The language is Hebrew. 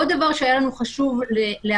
עוד דבר שהיה לנו חשוב להבהיר,